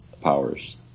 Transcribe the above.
powers